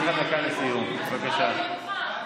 בבקשה.